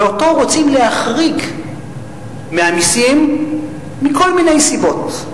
ואותו רוצים להחריג מהמסים מכל מיני סיבות.